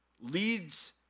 leads